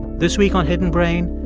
this week on hidden brain,